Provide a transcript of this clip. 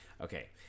Okay